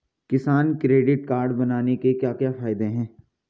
किसान credit card बनाने के क्या क्या फायदे हैं?